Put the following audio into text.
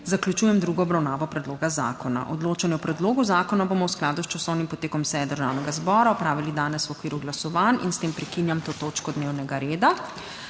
zaključujem drugo obravnavo predloga zakona. Odločanje o predlogu zakona bomo v skladu s časovnim potekom seje Državnega zbora opravili danes v okviru glasovanj. S tem prekinjam to točko dnevnega reda.